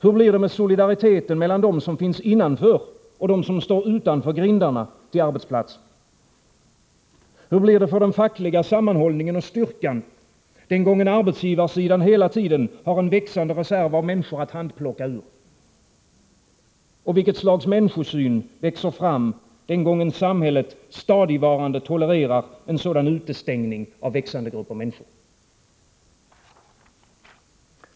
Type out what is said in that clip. Hur blir det med solidariteten mellan dem som finns innanför och dem som står utanför grindarna till arbetsplatsen? Hur blir det för den fackliga sammanhållningen och styrkan, den gången arbetsgivarsidan hela tiden har en växande reserv av människor att handplocka ur? Och vilket slags människosyn växer fram, den gången samhället stadigvarande tolererar en sådan utestängning av växande grupper människor?